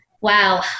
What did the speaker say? wow